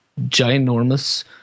ginormous